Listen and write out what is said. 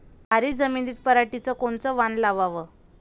भारी जमिनीत पराटीचं कोनचं वान लावाव?